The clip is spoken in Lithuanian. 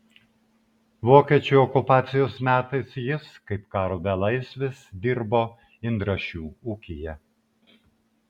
vokiečių okupacijos metais jis kaip karo belaisvis dirbo indrašių ūkyje